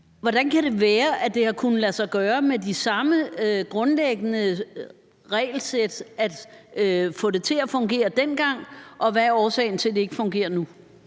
Hvordan kan det være, at det har kunnet lade sig gøre med de samme grundlæggende regelsæt at få det til at fungere dengang? Og hvad er årsagen til, at det ikke fungerer nu?